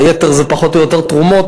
היתר זה פחות או יותר תרומות.